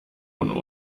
und